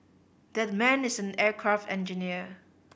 that man is an aircraft engineer